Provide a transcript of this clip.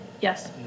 yes